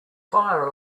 fire